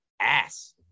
ass